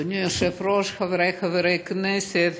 אדוני היושב-ראש, חבריי חברי הכנסת,